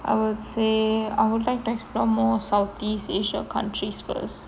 I would say I would like to explore more southeast asia countries first